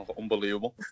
Unbelievable